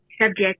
subject